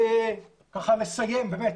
ככה לסיים באמת,